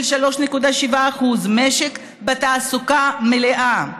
של 3.7% משק בתעסוקה מלאה,